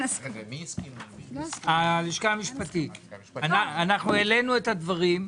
אנחנו העלינו את הדברים,